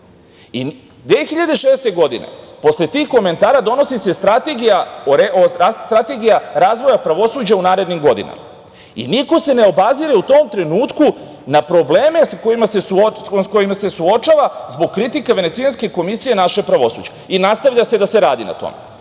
2006. posle tih komentara donosi se Strategija razvoja pravosuđa u narednim godinama i niko se ne obazire u tom trenutku na probleme sa kojima se suočava, zbog kritika Venecijanske komisije naše pravosuđe i nastavlja se da se radi na tome. To